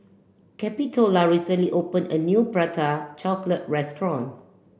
Capitola recently opened a new Prata Chocolate Restaurant